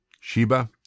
Sheba